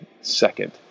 second